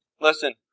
Listen